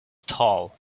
tall